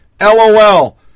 LOL